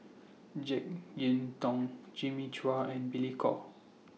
Jek Yeun Thong Jimmy Chua and Billy Koh